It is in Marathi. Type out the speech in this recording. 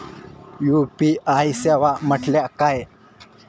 यू.पी.आय सेवा म्हटल्या काय?